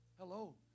Hello